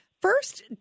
First